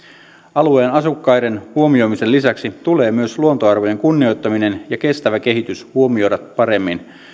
alueen asukkaiden huomioimisen lisäksi tulee myös luontoarvojen kunnioittaminen ja kestävä kehitys huomioida paremmin